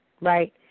right